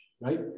right